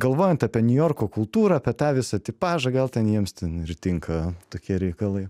galvojant apie niujorko kultūrą apie tą visą tipažą gal ten jiems ten ir tinka tokie reikalai